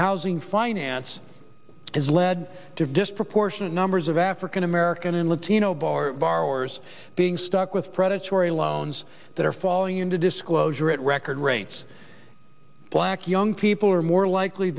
housing finance has led to disproportionate numbers of african american and latino borrowers being stuck with predatory loans that are falling into disclosure at record rates black young people are more likely